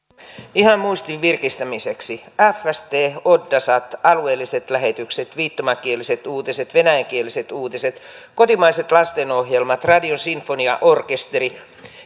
ihan muistin virkistämiseksi fst oddasat alueelliset lähetykset viittomakieliset uutiset venäjänkieliset uutiset kotimaiset lastenohjelmat radion sinfoniaorkesteri